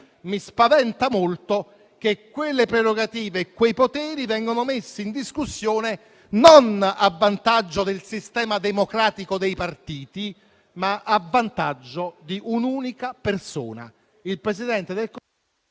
mi spaventa molto che quelle prerogative e quei poteri vengano messi in discussione non a vantaggio del sistema democratico dei partiti, ma di un'unica persona: